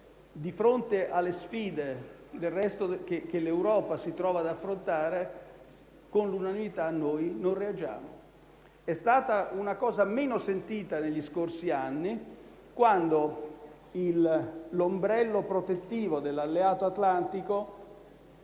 Di fronte alle sfide che l'Europa si trova ad affrontare con l'unanimità noi non reagiamo. È stata una cosa meno sentita negli scorsi anni, quando l'ombrello protettivo dell'alleato atlantico